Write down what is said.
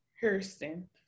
Houston